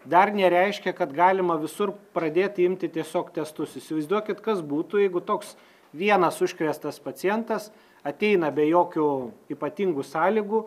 dar nereiškia kad galima visur pradėt imti tiesiog testus įsivaizduokit kas būtų jeigu toks vienas užkrėstas pacientas ateina be jokių ypatingų sąlygų